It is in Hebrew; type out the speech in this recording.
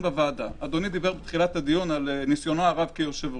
אדוני דיבר בתחילת הדיון על ניסיונו הרב כיושב-ראש.